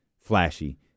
flashy